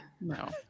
No